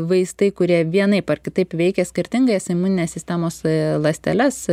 vaistai kurie vienaip ar kitaip veikia skirtingais imuninės sistemos ląsteles